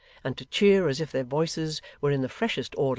and to cheer as if their voices were in the freshest order,